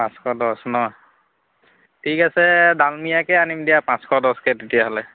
পাঁচশ দহ ন ঠিক আছে ডালমিয়াকে আনিম দিয়া পাঁচশ দহকৈ তেতিয়াহ'লে